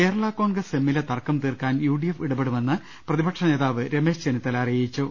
കേരള കോൺഗ്രസ് എമ്മിലെ തർക്കം തീർക്കാൻ യു ഡി എഫ് ഇടപെ ടുമെന്ന് പ്രതിപക്ഷനേതാവ് രമേശ് ചെന്നിത്തല അറിയിച്ചു